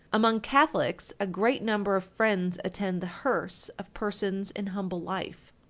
among catholics a great number of friends attend the hearse of persons in humble life.